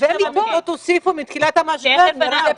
27 מיטות הוסיפו מתחילת המשבר, מרב.